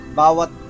bawat